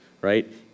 Right